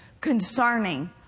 concerning